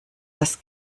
das